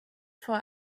vor